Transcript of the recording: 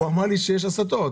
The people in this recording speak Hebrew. הוא אמר לי שיש הסטות.